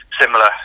similar